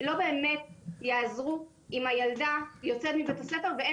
לא באמת יעזרו אם הילדה יוצאת מבית הספר ואין